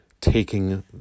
taking